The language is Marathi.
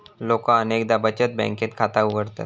लोका अनेकदा बचत बँकेत खाता उघडतत